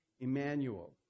Emmanuel